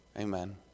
Amen